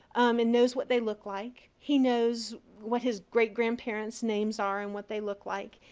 um and knows what they look like. he knows what his great grandparents' names are and what they look like.